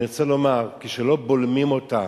אני רוצה לומר: כשלא בולמים אותה